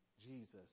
Jesus